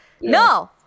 No